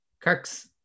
Kirk's